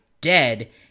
dead